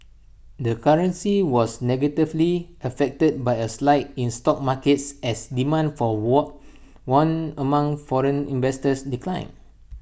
the currency was negatively affected by A slide in stock markets as demand for won among foreign investors declined